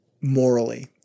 morally